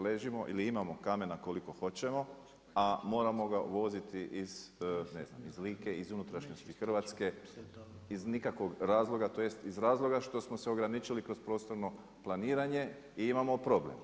Ležimo ili imamo kamena koliko hoćemo, a moramo ga uvoziti iz, ne znam iz Like, iz unutrašnjosti Hrvatske, iz nikakvog razloga, tj. iz razloga što smo se ograničili kroz prostorno planiranje i imamo problem.